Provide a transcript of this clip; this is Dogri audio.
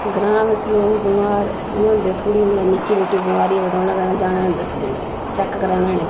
ग्रांऽ बिच्च लोक बमार इ'यां होंदे थोह्ड़ी निक्की मुट्टी बमारी होऐ तां उनें कदें जाना गै नी दस्सने गी चैक कराना नी